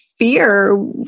fear